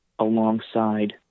Alongside